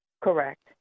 Correct